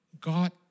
God